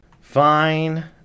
Fine